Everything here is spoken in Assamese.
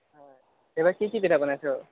হয় এইবাৰ কি কি পিঠা বনাইছ